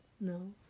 No